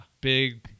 big